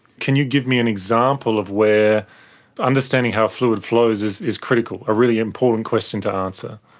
can you give me an example of where understanding how fluid flows is is critical, a really important question to answer?